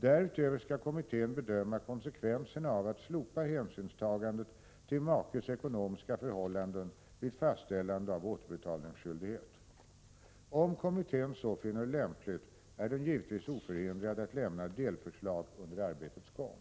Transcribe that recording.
Därutöver skall kommittén bedöma konsekvenserna av att slopa hänsynstagandet till makes ekonomiska förhållanden vid fastställande av återbetalningsskydlighet. Om kommittén så finner lämpligt är den givetvis oförhindrad att lämna delförslag under arbetets gång.